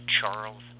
Charles